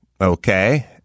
okay